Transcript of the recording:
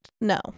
No